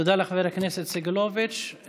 תודה לחבר הכנסת סגלוביץ'.